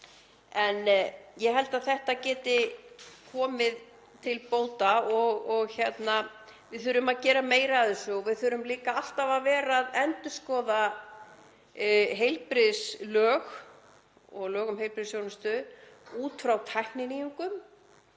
Ég held að þetta geti verið til bóta og við þurfum að gera meira af þessu og við þurfum líka alltaf að vera að endurskoða heilbrigðislög og lög um heilbrigðisþjónustu út frá tækninýjungum.